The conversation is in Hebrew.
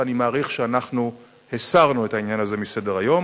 ואני מעריך שאנחנו הסרנו את העניין הזה מסדר-היום.